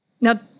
Now